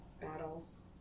battles